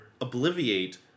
Obliviate